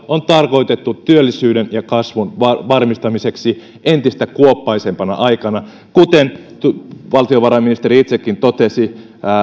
on tarkoitettu työllisyyden ja kasvun varmistamiseksi entistä kuoppaisempana aikana kuten valtiovarainministeri itsekin totesi